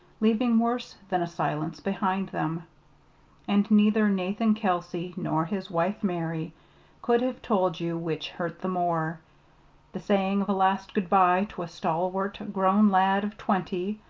leaving worse than a silence behind them and neither nathan kelsey nor his wife mary could have told you which hurt the more the saying of a last good-bye to a stalwart, grown lad of twenty,